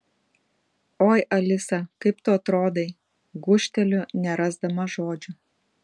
oi alisa kaip tu atrodai gūžteliu nerasdama žodžių